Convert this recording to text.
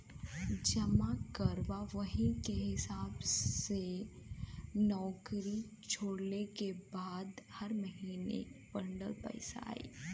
जमा करबा वही के हिसाब से नउकरी छोड़ले के बाद हर महीने बंडल पइसा आई